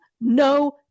no